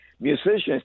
musicians